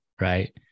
right